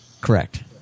Correct